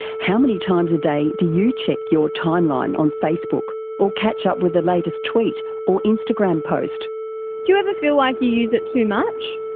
how many times a day do you check your timeline on facebook, or catch up with the latest tweet or instagram post? do you ever feel like you use it too much?